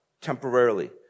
temporarily